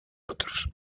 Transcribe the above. otros